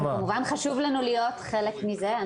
כמובן חשוב לנו להיות חלק מזה.